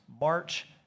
March